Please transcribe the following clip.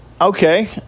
Okay